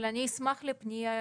אבל אני אשמח לפנייה